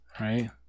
right